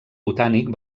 botànic